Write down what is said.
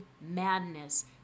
madness